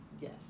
Yes